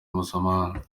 mpuzamahanga